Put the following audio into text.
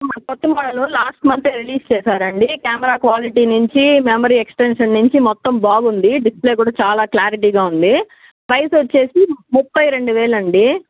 క్రొత్త model last month release చేసారు అండి కెమెరా క్వాలిటీ నుంచి మెమరీ ఎక్స్టెన్షన్ నుంచి మొత్తం బాగుంది డిస్ప్లే కూడా చాలా క్లారిటీగా ఉంది ప్రైస్ వచ్చేసి ముప్పై రెండు వేలు అండి